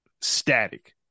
static